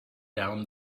down